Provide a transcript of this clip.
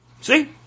See